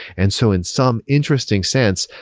and so in some interesting sense,